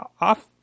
off